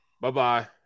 Bye-bye